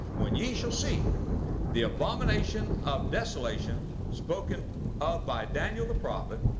when ye shall see the abomination of desolation, spoken of by daniel the prophet,